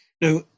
Now